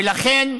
ולכן,